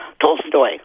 Tolstoy